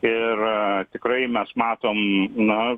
ir tikrai mes matom na